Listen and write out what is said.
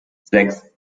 sechs